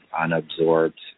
unabsorbed